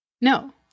No